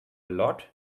lot